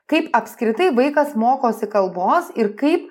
kaip apskritai vaikas mokosi kalbos ir kaip